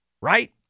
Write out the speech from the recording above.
right